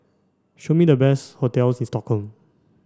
show me the best hotels in Stockholm